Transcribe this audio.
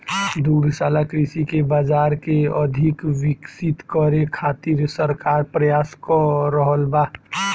दुग्धशाला कृषि के बाजार के अधिक विकसित करे खातिर सरकार प्रयास क रहल बा